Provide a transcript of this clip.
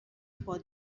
for